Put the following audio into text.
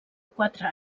quatre